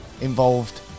involved